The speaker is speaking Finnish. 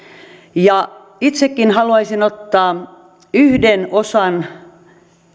itsekin haluaisin ottaa esille yhden